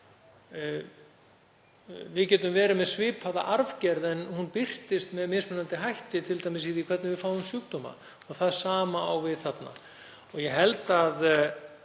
Við getum verið með svipaða arfgerð en hún birtist með mismunandi hætti, t.d. í því hvernig við fáum sjúkdóma. Það sama á við þarna. Ég held að